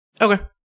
Okay